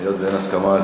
היות שאין הסכמה,